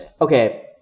Okay